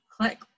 Click